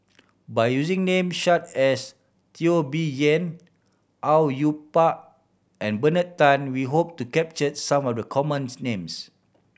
by using name such as Teo Bee Yen Au Yue Pak and Bernard Tan we hope to capture some of the commons names